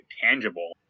tangible